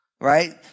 right